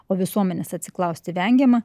o visuomenės atsiklausti vengiama